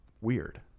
weird